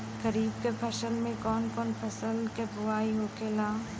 खरीफ की फसल में कौन कौन फसल के बोवाई होखेला?